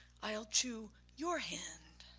i'll chew your hand.